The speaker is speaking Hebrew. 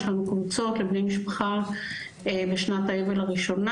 יש לנו קבוצות לבני משפחה בשנת האבל הראשונה.